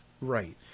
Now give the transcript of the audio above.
right